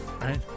right